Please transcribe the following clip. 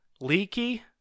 Leaky